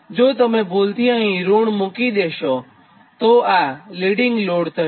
જો તમે ભૂલથી અહીં ઋણ મૂકોતો આ લિડીંગ લોડ થશે